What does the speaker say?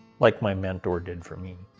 like my mentor did for me.